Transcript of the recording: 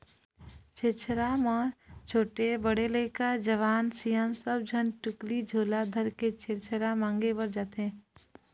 छेरछेरा म छोटे, बड़े लइका, जवान, सियान सब झन टुकनी झोला धरके छेरछेरा मांगे बर जाथें